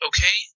Okay